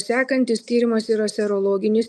sekantis tyrimas yra serologinis